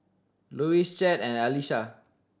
Lois Chet and Alisha